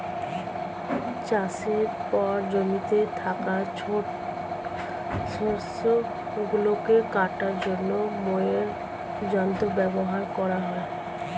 চাষের পর জমিতে থাকা ছোট শস্য গুলিকে কাটার জন্য মোয়ার যন্ত্র ব্যবহার করা হয়